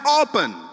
Open